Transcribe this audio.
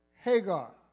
Hagar